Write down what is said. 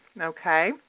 Okay